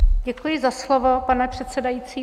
Děkuji za slovo, pane předsedající.